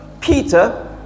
Peter